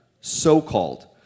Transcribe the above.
So-called